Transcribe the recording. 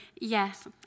Yes